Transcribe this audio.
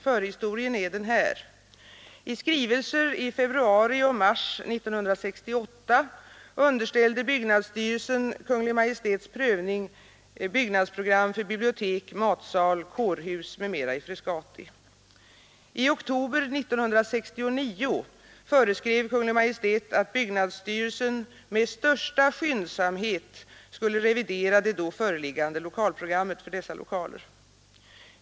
Förhistorien är den här: I skrivelser i februari och mars 1968 underställde byggnadsstyrelsen Kungl. Maj:ts prövning byggnadsprogram för bibliotek, matsal, kårhus m. m, i Frescati. I oktober 1969 föreskrev Kungl. Maj:t att byggnadsstyrelsen med största skyndsamhet skulle revidera det föreliggande programmet för dessa lokaler.